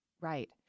Right